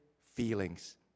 feelings